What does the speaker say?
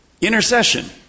intercession